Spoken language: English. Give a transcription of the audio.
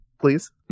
please